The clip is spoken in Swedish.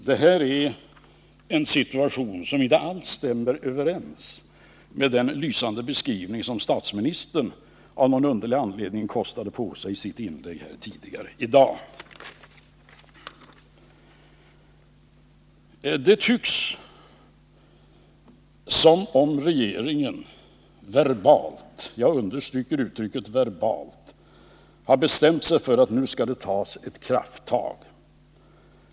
Det här är en situation som inte alls stämmer överens med den lysande beskrivning som statsministern av någon underlig anledning kostade på sig i sitt inlägg tidigare i dag. Det tycks som om regeringen verbalt — jag understryker uttrycket verbalt — har bestämt sig för att nu skall det tas ett krafttag.